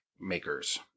makers